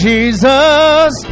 Jesus